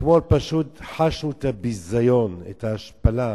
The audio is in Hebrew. אתמול פשוט חשנו את הביזיון, את ההשפלה.